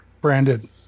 branded